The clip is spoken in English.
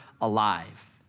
alive